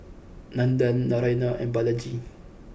Nandan Naraina and Balaji